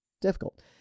Difficult